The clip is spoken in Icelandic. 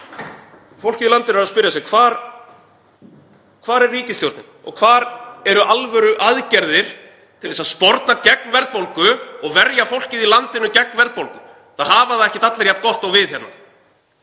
Fólkið í landinu er að spyrja sig: Hvar er ríkisstjórnin og hvar eru alvöruaðgerðir til að sporna gegn verðbólgu og verja fólkið í landinu gegn verðbólgu? Það hafa það ekki allir jafn gott og við hérna.